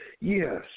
Yes